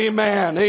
Amen